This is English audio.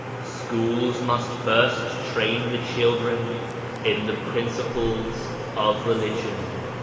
schools must first train the children in the principles of religion.